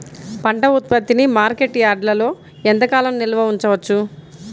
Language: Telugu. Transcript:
పంట ఉత్పత్తిని మార్కెట్ యార్డ్లలో ఎంతకాలం నిల్వ ఉంచవచ్చు?